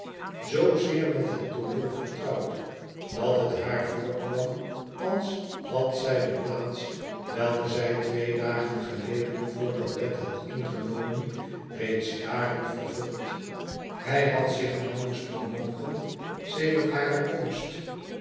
zoo zeer met het tooneel vertrouwd dat het haar voorkwam als had zij de plaats welke zij twee dagen geleden voor dat bed had ingenomen reeds jaren vervuld hij had zich nauwelijks bewogen sedert hare komst